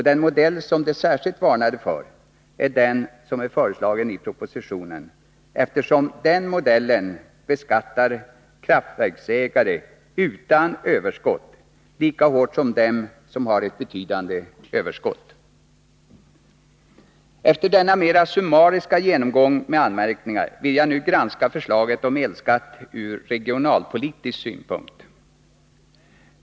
Den modell som de särskilt varnade för är den som är föreslagen i propositionen. Den modellen beskattar nämligen kraftverksägare utan överskott lika hårt som dem som har ett betydande överskott. Efter denna mera summariska genomgång med anmärkningar, vill jag nu granska förslaget om elskatt ur regionalpolitisk synvinkel.